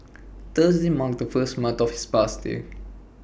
Thursday marked the first month of passing